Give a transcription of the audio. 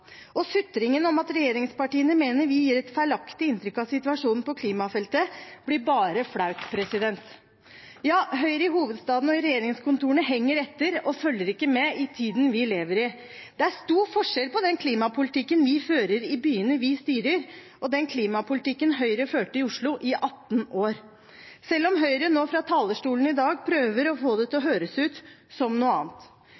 sutringen om at regjeringspartiene mener vi gir et feilaktig inntrykk av situasjonen på klimafeltet, blir bare flau. Høyre i hovedstaden og i regjeringskontorene henger etter og følger ikke med i tiden vi lever i. Det er stor forskjell på den klimapolitikken vi fører i byene vi styrer, og den klimapolitikken Høyre førte i Oslo i 18 år – selv om Høyre nå fra talerstolen i dag prøver å få det til